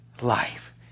life